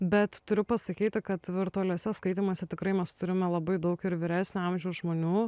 bet turiu pasakyti kad virtualiuose skaitymuose tikrai mes turime labai daug ir vyresnio amžiaus žmonių